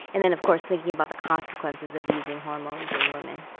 and then of course thinking about the consequences of using hormones in women.